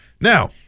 Now